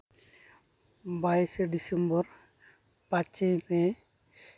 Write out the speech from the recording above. ᱵᱟᱭᱤᱥᱮ ᱰᱤᱥᱮᱢᱵᱚᱨ ᱯᱟᱸᱪᱮ ᱢᱮ